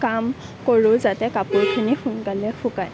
কাম কৰোঁ যাতে কাপোৰখিনি সোনকালে শুকায়